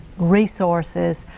resources,